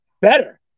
better